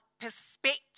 perspective